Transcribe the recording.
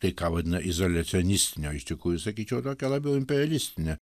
tai ką vadina izoliacionistine iš tikrųjų sakyčiau tokia labiau imperialistine